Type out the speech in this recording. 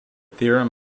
theorem